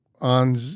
on –